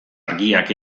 argiak